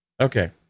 Okay